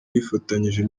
yifatanyije